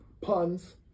puns